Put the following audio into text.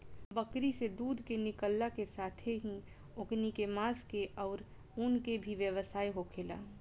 बकरी से दूध के निकालला के साथेही ओकनी के मांस के आउर ऊन के भी व्यवसाय होखेला